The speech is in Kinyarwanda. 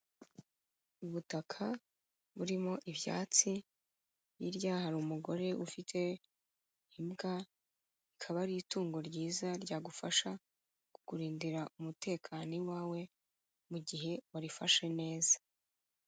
Ubutaka burimo ibyatsi, hirya hari umugore ufite imbwa, ikaba ari itungo ryiza ryagufasha kukurindira umutekano iwawe mu gihe warifashe neza.